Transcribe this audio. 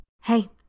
Hey